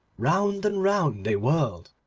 round and round they whirled,